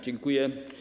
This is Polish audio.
Dziękuję.